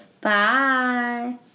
bye